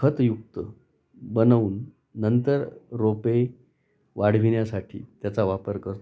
खतयुक्त बनवून नंतर रोपे वाढविण्यासाठी त्याचा वापर करतो